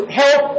help